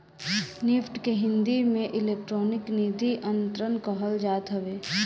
NEFT के हिंदी में electronic निधि अंतरण कहल जात हवे